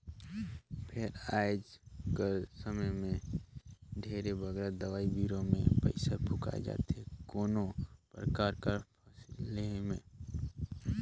फेर आएज कर समे में ढेरे बगरा दवई बीरो में पइसा फूंकाए जाथे कोनो परकार कर फसिल लेहे में